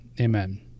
Amen